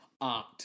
art